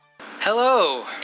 Hello